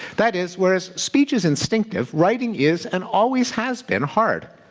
that is, whereas speech is instinctive, writing is and always has been hard.